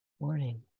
Morning